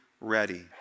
ready